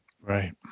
Right